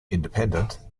independent